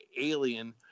alien